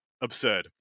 Absurd